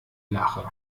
lache